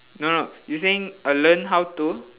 no no you saying err learn how to